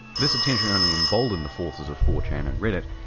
this attention only emboldened the forces of four chan and reddit,